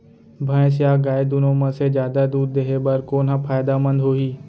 भैंस या गाय दुनो म से जादा दूध देहे बर कोन ह फायदामंद होही?